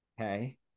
Okay